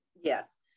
Yes